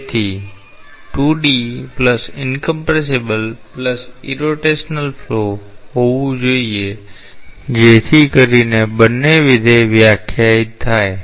તેથી તે 2 D incompressible irrotational flow હોવું જોઈએ જેથી કરીને બંને વિધેય વ્યાખ્યાયિત થાય